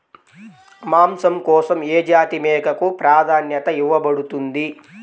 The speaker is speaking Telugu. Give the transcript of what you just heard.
మాంసం కోసం ఏ జాతి మేకకు ప్రాధాన్యత ఇవ్వబడుతుంది?